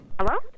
Hello